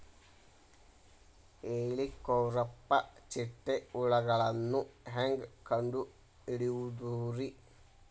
ಹೇಳಿಕೋವಪ್ರ ಚಿಟ್ಟೆ ಹುಳುಗಳನ್ನು ಹೆಂಗ್ ಕಂಡು ಹಿಡಿಯುದುರಿ?